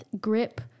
grip